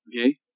okay